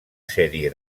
sèrie